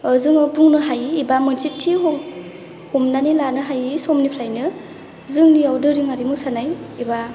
जोङो बुंनो हायो एबा मोनसे थि हमनानै लानो हायि समनिफ्रायनो जोंनियाव दोरोंआरि मोसानाय एबा